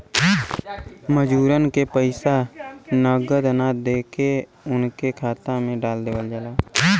मजूरन के पइसा नगदी ना देके उनके खाता में डाल देवल जाला